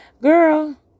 girl